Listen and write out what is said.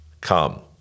come